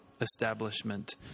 establishment